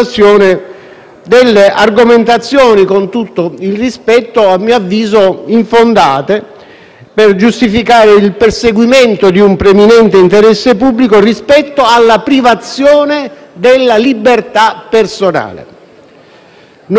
per giustificare il perseguimento di un preminente interesse pubblico rispetto alla privazione della libertà personale. Non vi erano, nel caso Diciotti, i presupposti di alcuna controversia internazionale